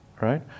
right